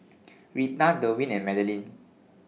Rita Derwin and Madeline